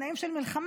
בתנאים של מלחמה,